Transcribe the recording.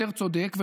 יותר צודק,